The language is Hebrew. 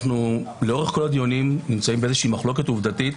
לאורך כל הדיונים אנו נמצאים במחלוקת עובדתית,